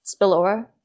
spillover